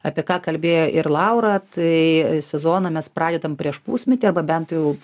apie ką kalbėjo ir laura tai sezoną mes pradedam prieš pusmetį arba bent jau